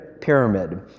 pyramid